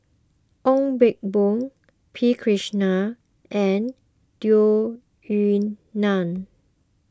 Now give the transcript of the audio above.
Ong Pang Boon P Krishnan and Tung Yue Nang